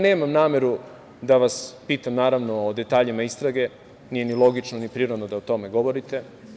Nemam nameru da vas pitam, naravno, o detaljima istrage, nije ni logično, ni prirodno da o tome govorite.